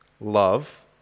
love